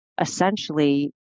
essentially